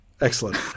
Excellent